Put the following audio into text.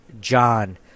John